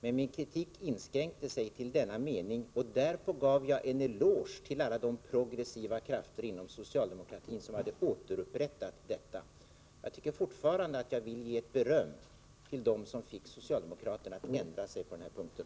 Men min kritik inskränkte sig till denna mening, och därpå gav jag en eloge till alla de progressiva krafter inom socialdemokratin som hade återupprättat detta mål. Jag tycker fortfarande att jag vill ge beröm till dem som fick socialdemokraterna att ändra sig på den här punkten.